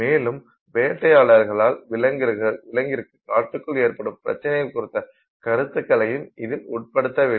மேலும் வேட்டையாளர்களால் விலங்கிற்கு காட்டுக்குள் ஏற்படும் பிரச்சனைகள் குறித்த கருத்துக்களையும் இதில் உட்படுத்தவில்லை